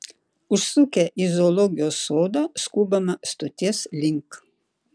užsukę į zoologijos sodą skubame stoties link